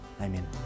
Amen